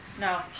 No